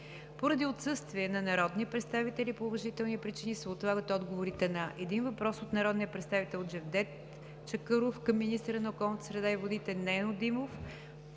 Поради отсъствие на народни представители по уважителни причини, се отлагат отговорите на: - един въпрос от народния представител Джевдет Чакъров към министъра на околната среда и водите Нено Димов;